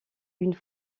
une